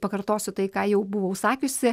pakartosiu tai ką jau buvau sakiusi